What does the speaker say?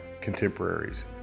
contemporaries